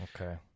Okay